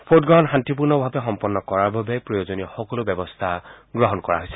ভোটগ্ৰহণ শান্তিপূৰ্ণভাৱে সম্পন্ন কৰাৰ বাবে প্ৰয়োজনীয় সকলো ব্যৱস্থা গ্ৰহণ কৰা হৈছে